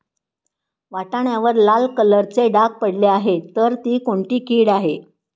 वाटाण्यावर लाल कलरचे डाग पडले आहे तर ती कोणती कीड आहे?